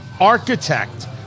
architect